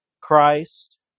Christ